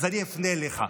אז אני אפנה אליך.